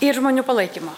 ir žmonių palaikymo